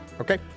Okay